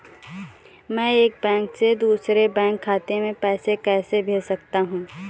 मैं एक बैंक से दूसरे बैंक खाते में पैसे कैसे भेज सकता हूँ?